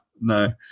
No